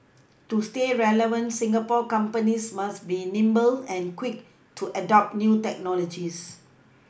to stay relevant Singapore companies must be nimble and quick to adopt new technologies